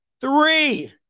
three